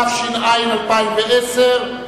התש"ע 2010,